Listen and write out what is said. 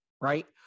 right